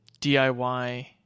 diy